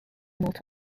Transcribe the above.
malta